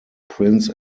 prince